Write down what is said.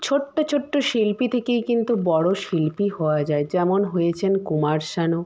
ছোট্ট ছোট্ট শিল্পী থেকেই কিন্তু বড়ো শিল্পী হওয়া যায় যেমন হয়েছেন কুমার শানু